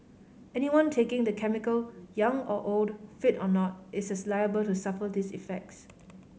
anyone taking the chemical young or old fit or not is as liable to suffer these effects